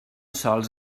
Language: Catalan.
sols